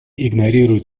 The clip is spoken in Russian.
игнорируют